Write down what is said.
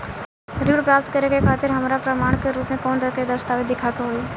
ऋण प्राप्त करे के खातिर हमरा प्रमाण के रूप में कउन से दस्तावेज़ दिखावे के होइ?